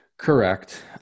Correct